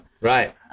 Right